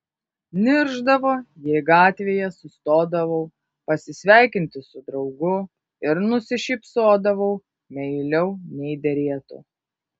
niršdavo jei gatvėje sustodavau pasisveikinti su draugu ir nusišypsodavau meiliau nei derėtų